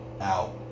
out